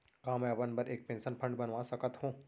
का मैं अपन बर एक पेंशन फण्ड बनवा सकत हो?